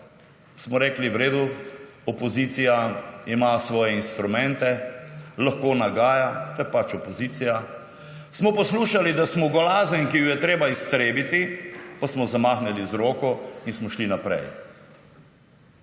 smo rekli v redu, opozicija ima svoje instrumente, lahko nagaja, to je pač opozicija. Poslušali smo, da smo golazen, ki jo je treba iztrebiti, pa smo zamahnili z roko in smo šli naprej.